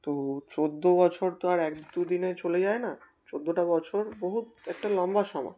তো চৌদ্দ বছর তো আর এক দু দিনে চলে যায় না চৌদ্দটা বছর বহুত একটা লম্বা সময়